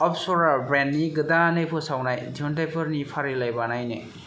अपसरा ब्रेन्डनि गोदानै फोसावनाय दिहुनथाइफोरनि फारिलाय बानायनो